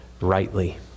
Rightly